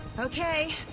Okay